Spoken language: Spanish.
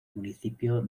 municipio